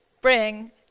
bring